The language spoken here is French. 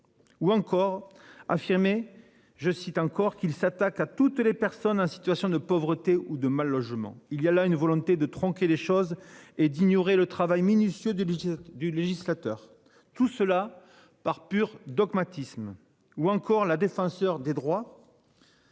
Ou encore affirmé je cite encore, qu'il s'attaque à toutes les personnes en situation de pauvreté ou de mal-logement il y a là une volonté de trancher les choses et d'ignorer le travail minutieux des du du législateur. Tout cela par pur dogmatisme ou encore la défenseure des droits.